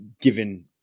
given